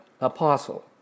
Apostle